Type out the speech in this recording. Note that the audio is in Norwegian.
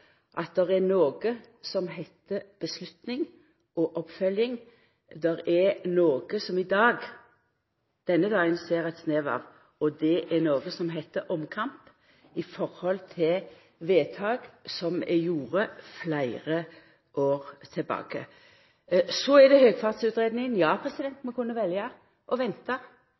at det er noko som heiter beslutning og oppfølging. Det er noko som ein i dag, denne dagen, ser ein snev av, og det er noko som heiter omkamp med omsyn til vedtak som er gjorde fleire år tilbake. Så til høgfartsutgreiing: Ja, vi kunne velja å venta